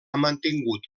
mantingut